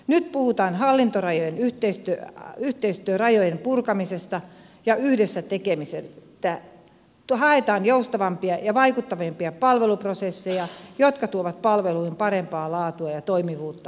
nyt puhutaan hallintorajojen yhteistyörajojen purkamisesta ja yhdessä tekemisestä haetaan joustavampia ja vaikuttavampia palveluprosesseja jotka tuovat palveluihin parempaa laatua ja toimivuutta ja vaikuttavuutta